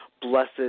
Blessed